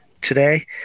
today